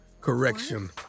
correction